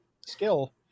Skill